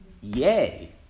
Yay